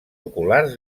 oculars